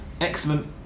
excellent